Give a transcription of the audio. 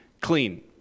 clean